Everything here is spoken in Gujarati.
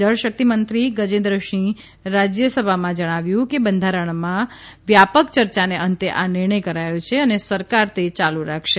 જળશક્તિમંત્રી ગજેન્રસિંહે રાજયસબામાં જણાવ્યું કે બંધારણસબામાં વ્યાપક ચર્ચાને અંતે આ નિર્ણય કરાયો છે અને સરકાર તે ચાલુ રાખશે